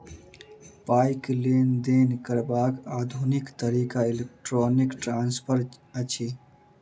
पाइक लेन देन करबाक आधुनिक तरीका इलेक्ट्रौनिक ट्रांस्फर अछि